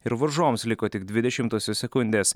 ir varžovams liko tik dvi dešimtosios sekundės